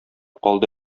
калды